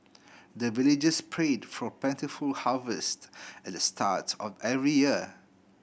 the villagers prayed for plentiful harvest at the start of every year